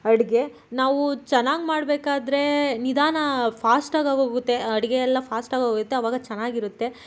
ಅಡುಗೆ ನಾವು ಚೆನ್ನಾಗಿ ಮಾಡಬೇಕಾದ್ರೇ ನಿಧಾನ ಫಾಸ್ಟಾಗಿ ಆಗೋಗುತ್ತೆ ಅಡುಗೆಯೆಲ್ಲ ಫಾಸ್ಟಾಗಿ ಆಗೋಗುತ್ತೆ ಅವಾಗ ಚೆನ್ನಾಗಿರುತ್ತೆ